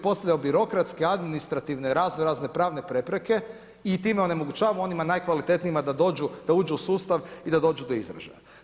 Postavljamo birokratske, administrativne raznorazne pravne prepreke i time onemogućavamo onima najkvalitetnijima da dođu, da uđu u sustav i da dođu do izražaja.